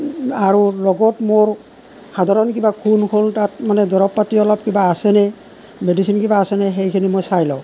আৰু লগত মোৰ সাধাৰণ কিবা খুন খোল তাত মানে দৰৱ পাতি অলপ কিবা আছেনে মেডিচিন কিবা আছেনে সেইখিনি মই চাই লওঁ